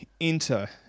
enter